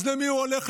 אז למי הוא הולך?